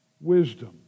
wisdom